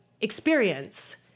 experience